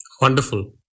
Wonderful